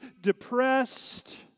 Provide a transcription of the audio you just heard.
depressed